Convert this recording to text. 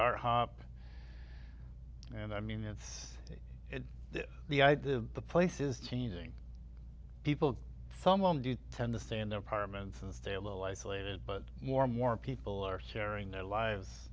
our hop and i mean it's the idea of the places changing people some alone do tend to stay in their apartments and stay a little isolated but more and more people are sharing their lives